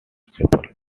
chapel